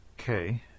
Okay